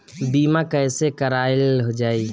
बीमा कैसे कराएल जाइ?